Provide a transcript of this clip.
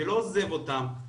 שלא עוזב אותם.